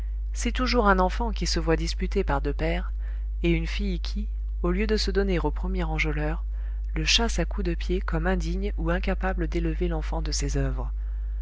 c'est toujours un enfant qui se voit disputé par deux pères et une fille qui au lieu de se donner au premier enjôleur le chasse à coups de pied comme indigne ou incapable d'élever l'enfant de ses oeuvres